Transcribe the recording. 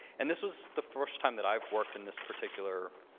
and this was the first time that i've worked in this particular